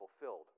fulfilled